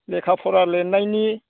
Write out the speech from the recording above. लेखा फरा लिरनायनि